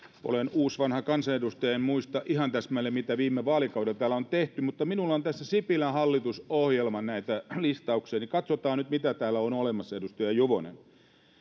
olen uusvanha kansanedustaja ja en muista ihan täsmälleen mitä viime vaalikaudella täällä on tehty mutta minulla on tässä sipilän hallitusohjelman listauksia niin katsotaan nyt mitä täällä on olemassa edustaja juvonen